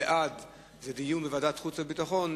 בעד זה בעד דיון בוועדת החוץ והביטחון,